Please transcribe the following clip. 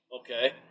Okay